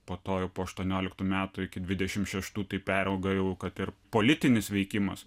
po to jau po aštuonioliktų metų iki dvidešimt šeštų tai perauga jau kad ir politinis veikimas